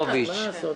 חיימוביץ',